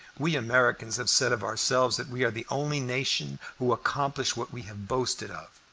we americans have said of ourselves that we are the only nation who accomplish what we have boasted of.